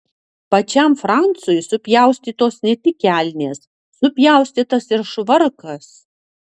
pačiam francui supjaustytos ne tik kelnės supjaustytas ir švarkas